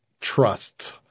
trust